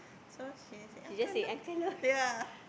so she say uncle look ya